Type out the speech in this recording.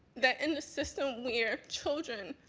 that in the system we are children,